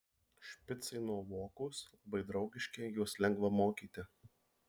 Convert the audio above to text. špicai nuovokūs labai draugiški juos lengva mokyti